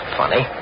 funny